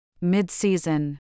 Mid-season